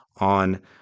on